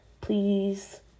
Please